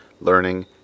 learning